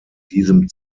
diesem